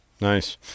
Nice